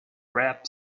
rap